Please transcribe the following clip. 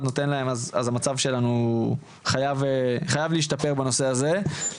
נותן להם אז המצב שלנו חייב להשתפר בנושא הזה.